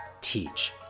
teach